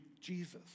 Jesus